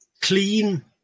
clean